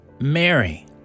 Mary